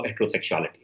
heterosexuality